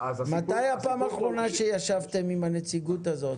מתי הפעם האחרונה נפגשתם עם הנציגות הזאת?